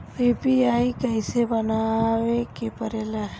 UPI कइसे बनावे के परेला?